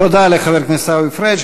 תודה לחבר הכנסת עיסאווי פריג'.